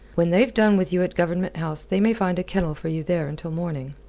when they've done with you at government house, they may find a kennel for you there until morning.